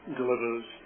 delivers